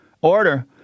order